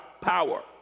Power